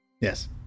Yes